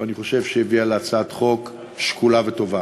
ואני חושב שהביא להצעת חוק שקולה וטובה.